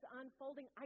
unfolding